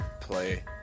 play